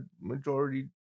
majority